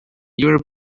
your